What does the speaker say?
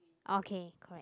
okay correct